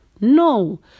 No